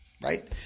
right